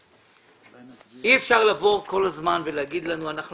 אי אפשר לבוא כל הזמן ולומר לנו את הדברים האלה.